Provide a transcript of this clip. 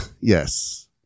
Yes